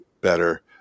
better